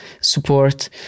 support